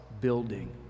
building